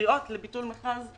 שהקריאות לביטול מכרז,